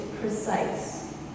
precise